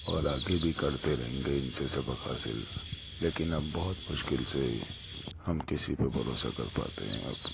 اور آگے بھی کرتے رہیں گے ان سے سبق حاصل لیکن اب بہت مشکل سے ہم کسی پہ بھروسہ کر پاتے ہیں اب